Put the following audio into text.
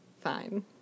fine